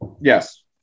Yes